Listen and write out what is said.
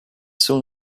soon